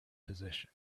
position